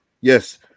yes